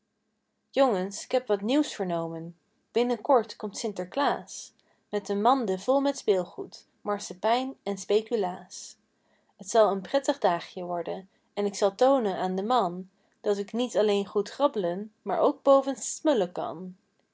jongens k heb wat nieuws vernomen binnenkort komt sinterklaas met een mande vol met speelgoed marsepijn en speculaas t zal een prettig daagje worden en k zal toonen aan den man dat ik niet alleen goed grabb'len maar ook bovenst smullen kan